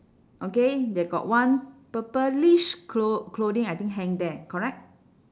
okay they got one purplish clo~ clothing I think hang there correct